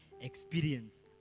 experience